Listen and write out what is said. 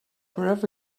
wherever